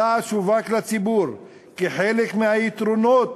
הצעד שווק לציבור כחלק מהיתרונות